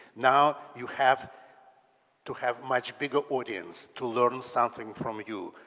now you have to have much bigger audience to learn something from you.